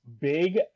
big